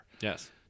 Yes